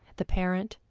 the parent,